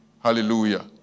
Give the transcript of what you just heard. Hallelujah